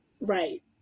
Right